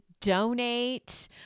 donate